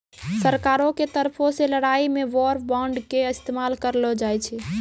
सरकारो के तरफो से लड़ाई मे वार बांड के इस्तेमाल करलो जाय छै